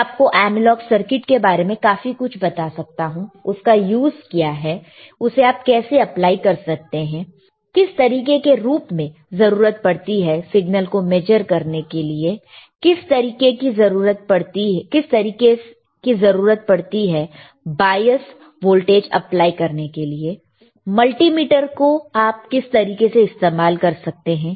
मैं आपको analog circuit के बारे में काफी कुछ बता सकता हूं उसका यूज़ क्या है उसे आप कैसे अप्लाई कर सकते हैं किस तरीके के रूप में जरूरत पड़ती है सिग्नल को मेजर करने के लिए किस तरीके की जरूरत पड़ती है बायस वोल्टेज अप्लाई करने के लिए मल्टीमीटर को आप किस तरीके से इस्तेमाल कर सकते हैं